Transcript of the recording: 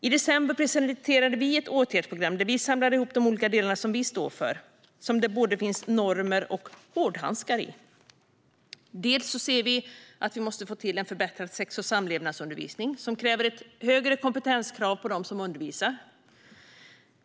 I december presenterade vi ett åtgärdsprogram där vi samlade ihop de olika delar som vi står för, och där finns både normer och hårdhandskar. Vi anser att vi måste få till en förbättrad sex och samlevnadsundervisning med högre kompetenskrav på dem som undervisar.